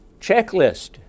checklist